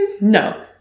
No